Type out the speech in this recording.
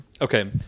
okay